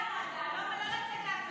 אני לא מדברת על הפגנה.